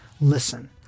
Listen